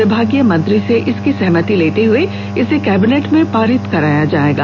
विभागीय मंत्री से इसकी सहमति लेते हुए इसे कैबिनेट में पारित कराया जायेगा